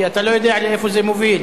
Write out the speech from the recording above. כי אתה לא יודע לאיפה זה מוביל.